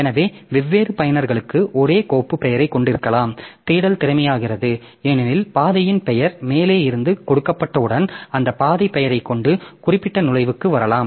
எனவே வெவ்வேறு பயனர்களுக்கு ஒரே கோப்பு பெயரைக் கொண்டிருக்கலாம் தேடல் திறமையாகிறது ஏனெனில் பாதையின் பெயர் மேலே இருந்து கொடுக்கப்பட்டவுடன் அந்த பாதை பெயரைக் கொண்டு குறிப்பிட்ட நுழைவுக்கு வரலாம்